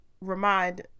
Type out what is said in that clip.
remind